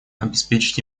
обеспечить